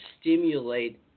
stimulate